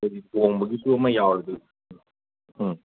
ꯍꯥꯏꯗꯤ ꯇꯣꯡꯕꯒꯤꯗꯣ ꯑꯃ ꯌꯥꯎꯔꯗꯤ ꯎꯝ